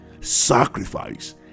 sacrifice